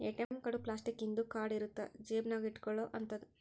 ATM card plastic ಇಂದು card ಇರುತ್ತ ಜೇಬ ನಾಗ ಇಟ್ಕೊಲೊ ಅಂತದು